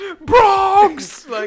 Bronx